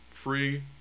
free